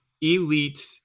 elite